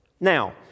Now